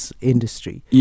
industry